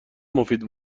مفید